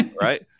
Right